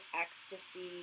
ecstasy